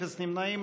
אפס נמנעים.